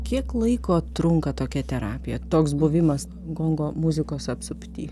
kiek laiko trunka tokia terapija toks buvimas gongo muzikos apsupty